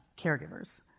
caregivers